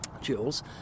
Jules